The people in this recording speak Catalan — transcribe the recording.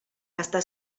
està